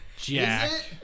Jack